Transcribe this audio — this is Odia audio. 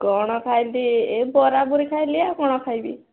କ'ଣ ଖାଇଲି ଏ ବରାପୁରି ଖାଇଲି ଆଉ କ'ଣ ଖାଇବି